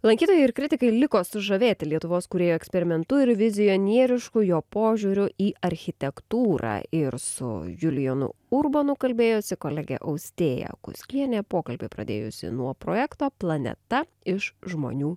lankytojai ir kritikai liko sužavėti lietuvos kūrėjų eksperimentu ir vizionierišku jo požiūriu į architektūrą ir su julijonu urbonu kalbėjosi kolegė austėja kuskienė pokalbį pradėjusi nuo projekto planeta iš žmonių